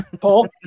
Paul